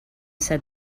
said